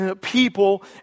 people